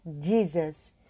Jesus